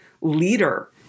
leader